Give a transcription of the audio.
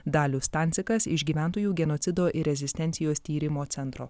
dalius stancikas iš gyventojų genocido ir rezistencijos tyrimo centro